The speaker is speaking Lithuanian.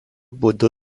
būdu